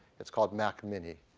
it's called mac mini.